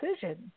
decision